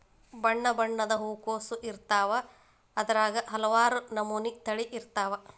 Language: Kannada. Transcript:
ಬಣ್ಣಬಣ್ಣದ ಹೂಕೋಸು ಇರ್ತಾವ ಅದ್ರಾಗ ಹಲವಾರ ನಮನಿ ತಳಿ ಇರ್ತಾವ